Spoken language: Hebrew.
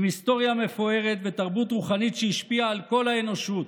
עם היסטוריה מפוארת ותרבות רוחנית שהשפיעה על כל האנושות.